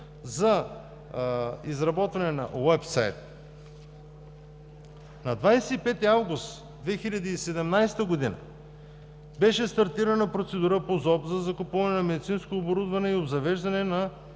за изработване на уеб сайт. На 25 август 2017 г. беше стартирана процедура по ЗОП за закупуване на медицинско оборудване и изграждане на